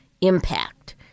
impact